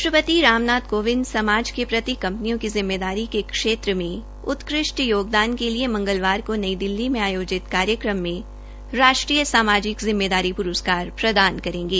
राष्ट्रपति राम नाथ कोविंद समाज के प्रति कंपनियों की जिम्मेदारी के क्षेत्र के उत्कृष्ट योगदान के लिए मंगलवार को नई दिल्ली में आयोजित कार्यक्रम में राष्ट्रीय सामाजिक जिम्मेदारी प्रस्कार प्रदान करेंगे